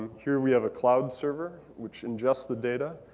here we have a cloud server, which ingests the data.